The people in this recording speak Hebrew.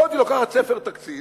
יכולתי לקחת ספר תקציב